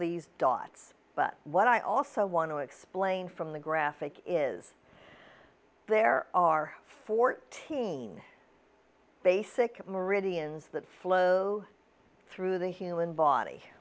these dots but what i also want to explain from the graphic is there are fourteen basic meridians that flow through the human body